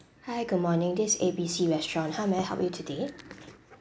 hi good morning this is A B C restaurant how may I help you today